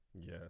Yes